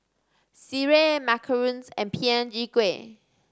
sireh macarons and Png Kueh